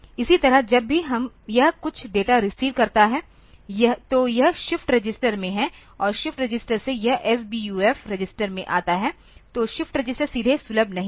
इसी तरह जब भी यह कुछ डेटा रिसीव करता है तो यह शिफ्ट रजिस्टर में है और शिफ्ट रजिस्टर से यह SBUF रजिस्टर में आता है तो शिफ्ट रजिस्टर सीधे सुलभ नहीं है